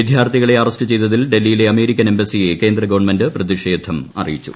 വിദ്യാർത്ഥികളെ അറസ്റ്റ് ചെയ്തതിൽ ഡൽഹിയിലെ അമേരിക്കൻ എംബസിയെ കേന്ദ്ര ഗവൺമെന്റ് പ്രതിഷേധം അറിയിച്ചു